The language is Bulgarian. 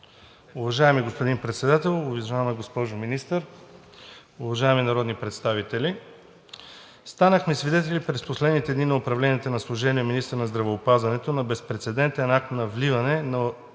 Уважаеми господин Председател, уважаема госпожо Министър, уважаеми народни представители! Станахме свидетели през последните дни на управлението на служебния министър на здравеопазването на безпрецедентен акт на вливане на